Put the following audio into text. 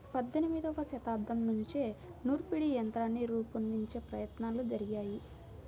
పద్దెనిమదవ శతాబ్దం నుంచే నూర్పిడి యంత్రాన్ని రూపొందించే ప్రయత్నాలు జరిగాయి